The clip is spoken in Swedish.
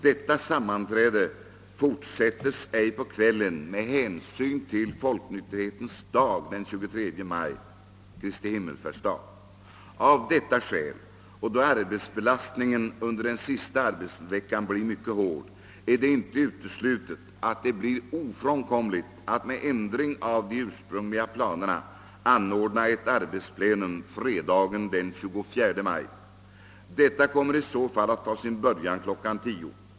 Detta sammanträde fortsättes ej på kvällen med hänsyn till Folknykterhetens dag den 23 maj, Kristi Himmelsfärdsdag. Av detta skäl och då arbetsbelastningen under den sista arbetsveckan blir mycket hård är det icke uteslutet att det blir ofrånkomligt att — med ändring av de ursprungliga planerna — anordna ett arbetsplenum fredagen den 24 maj. Detta kommer i så fall att ta sin början kl. 10.00.